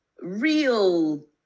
real